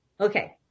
Okay